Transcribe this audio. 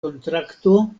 kontrakto